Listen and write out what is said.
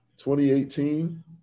2018